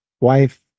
wife